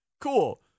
Cool